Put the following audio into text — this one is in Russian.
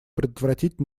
предотвратить